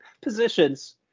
positions